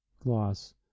Gloss